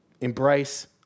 embrace